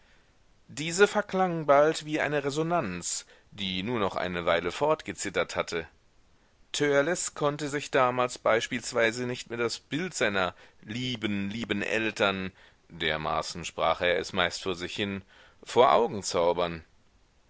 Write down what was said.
diese verklang bald wie eine resonanz die nur noch eine weile fortgezittert hatte törleß konnte sich damals beispielsweise nicht mehr das bild seiner lieben lieben eltern dermaßen sprach er es meist vor sich hin vor augen zaubern